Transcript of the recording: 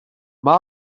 mae